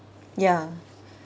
ya